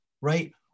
right